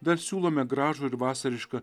dar siūlome gražų ir vasarišką